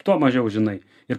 tuo mažiau žinai ir